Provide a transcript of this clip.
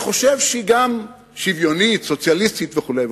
אני חושב שהיא גם שוויונית, סוציאליסטית וכו'.